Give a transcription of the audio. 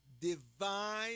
divine